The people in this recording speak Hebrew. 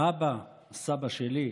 האבא, סבא שלי,